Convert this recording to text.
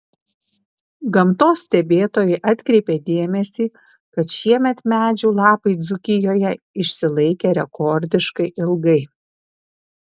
gamtos stebėtojai atkreipė dėmesį kad šiemet medžių lapai dzūkijoje išsilaikė rekordiškai ilgai